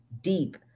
deep